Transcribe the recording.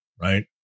right